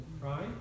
right